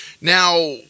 Now